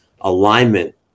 alignment